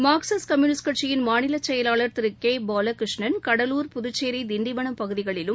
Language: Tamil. மார்க்சிஸ்ட் கம்யுனிஸ்ட் கட்சியின் மாநில செயலாளர் திரு கே பாலகிருஷ்ணன் கடலூர் புதுச்சேரி திண்டிவனம் பகுதிகளிலும்